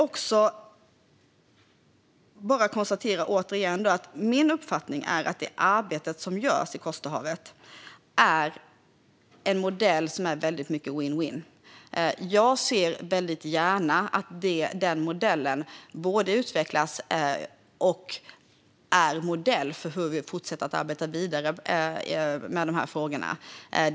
Min uppfattning är att det arbete som görs i Kosterhavet är en vinn-vinnmodell. Jag ser gärna att denna modell både utvecklas och är modell för hur vi arbetar vidare med dessa frågor.